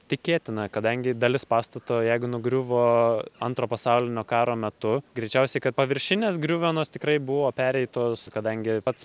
tikėtina kadangi dalis pastato jeigu nugriuvo antro pasaulinio karo metu greičiausiai kad paviršinės griuvenos tikrai buvo pereitos kadangi pats